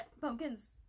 pumpkins